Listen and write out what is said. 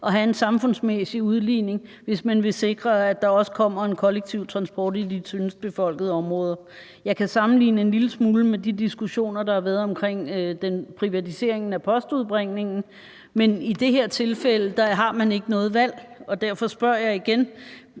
at have en samfundsmæssig udligning, hvis man også vil sikre, at der kommer en kollektiv transport i de tyndest befolkede områder? Jeg kan sammenligne det en lille smule med de diskussioner, der har været omkring privatiseringen af postudbringningen. Men i det her tilfælde har man ikke noget valg. Derfor spørger jeg igen: